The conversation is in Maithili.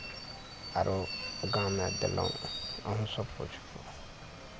आरो गाममे देलहुँ अहूँसभ पोसू